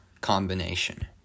combination